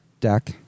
deck